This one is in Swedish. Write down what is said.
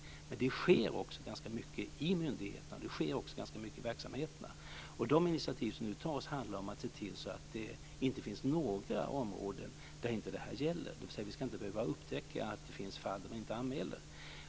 Men det sker också ganska mycket i myndigheterna. Det sker också ganska mycket i verksamheterna. Och de initiativ som nu tas handlar om att se till att det inte finns några områden där detta inte gäller, dvs. att vi inte ska behöva upptäcka att det finns fall där man inte anmäler.